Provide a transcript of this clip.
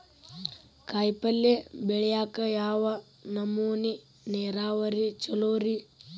ಕಾಯಿಪಲ್ಯ ಬೆಳಿಯಾಕ ಯಾವ ನಮೂನಿ ನೇರಾವರಿ ಛಲೋ ರಿ?